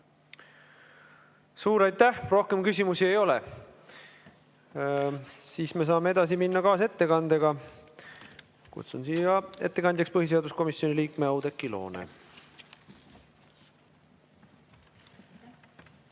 Suur aitäh! Rohkem küsimusi ei ole. Me saame edasi minna kaasettekandega. Kutsun ettekandjaks põhiseaduskomisjoni liikme Oudekki Loone.